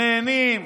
נהנים.